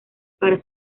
para